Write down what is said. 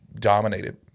dominated